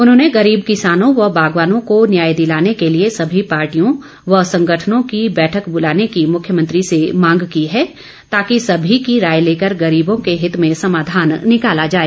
उन्होंने गरीब किसानों व बागवानों को न्याय दिलाने के लिए सभी पार्टियों व संगठनों की बैठक बुलाने की मुख्यमंत्री से मांग की है ताकि सभी की राय लेकर गरीबों के हित में समाधान निकाला जाए